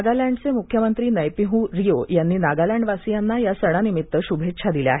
नागालँडचे मुख्यमंत्री नैपिहू रिओ यांनी नागालँडवासीयाना या सणानिमित्त शुभेछा दिल्या आहेत